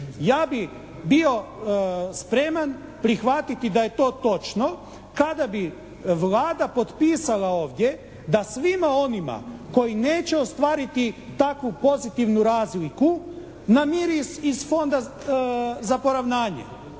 Ja bih bio spreman prihvatiti da je to točno kada bi Vlada potpisala ovdje da svima onima koji neće ostvariti takvu pozitivnu razliku, namiri iz Fonda za poravnanje,